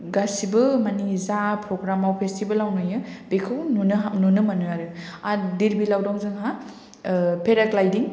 गासैबो माने जा प्रग्रामाव फेस्टिभेलाव नुयो बेखौ नुनो हा नुनो मोनो आरो आर धीर बिलाव दं जोंहा ओ पेराग्लायदिं